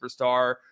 superstar